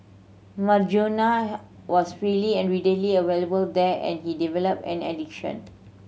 marijuana was freely and readily available there and he developed an addiction